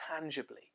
tangibly